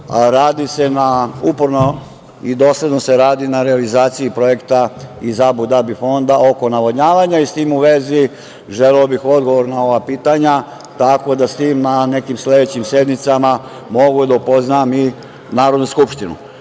uporno i dosledno se radi na realizaciji projekta iz Abudabi fonda oko navodnjavanja i s tim u vezi želeo bih odgovor na ova pitanja, tako da sa tim nekim odgovorima, na sledećim sednicama mogu da upoznam i Narodnu skupštinu. Drugo